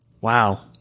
Wow